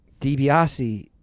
DiBiase